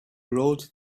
rolled